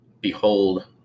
Behold